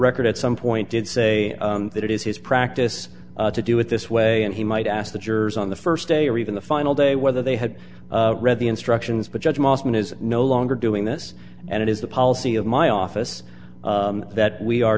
record at some point did say that it is his practice to do it this way and he might ask the jurors on the first day or even the final day whether they had read the instructions but judge mossman is no longer doing this and it is the policy of my office that we are